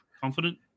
confident